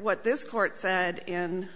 what this court said in